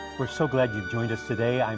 we're so glad you've joined us today. um